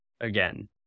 again